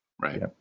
right